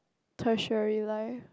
tertiary life